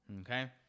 Okay